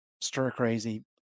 stir-crazy